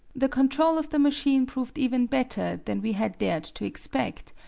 the control of the machine proved even better than we had dared to expect,